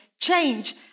change